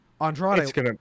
Andrade